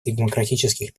демократических